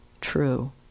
true